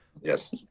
Yes